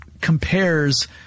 compares